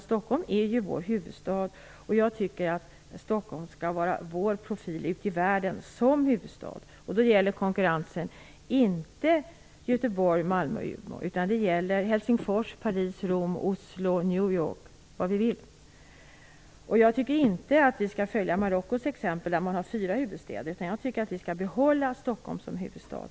Stockholm är ju vår huvudstad, och jag tycker att Stockholm skall vara vår profil ute i världen, som huvudstad. Konkurrensen gäller då inte Göteborg, Rom, Oslo, New York, osv. Jag tycker inte att vi skall följa Marockos exempel - där har man fyra huvudstäder. Jag tycker att vi skall behålla Stockholm som huvudstad.